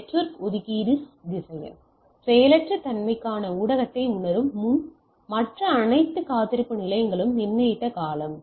network ஒதுக்கீடு திசையன் செயலற்ற தன்மைக்கான ஊடகத்தை உணரும் முன் மற்ற அனைத்து காத்திருப்பு நிலையங்களும் நிர்ணயித்த காலம்